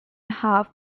half